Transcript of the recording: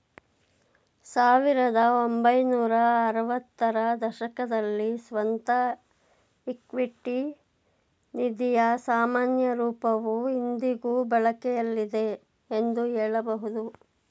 ಸಾವಿರದ ಒಂಬೈನೂರ ಆರವತ್ತ ರ ದಶಕದಲ್ಲಿ ಸ್ವಂತ ಇಕ್ವಿಟಿ ನಿಧಿಯ ಸಾಮಾನ್ಯ ರೂಪವು ಇಂದಿಗೂ ಬಳಕೆಯಲ್ಲಿದೆ ಎಂದು ಹೇಳಬಹುದು